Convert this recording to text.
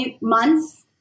months